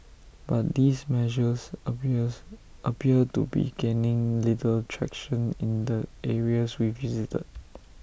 but these measures appears appear to be gaining little traction in the areas we visited